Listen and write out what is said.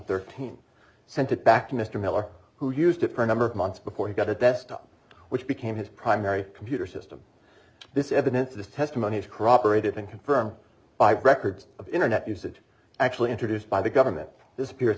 thirteen sent it back to mr miller who used it for a number of months before he got a desktop which became his primary computer system this evidence this testimony is corroborated been confirmed by records of internet usage actually introduced by the government this appears